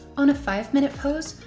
on a five minute pose,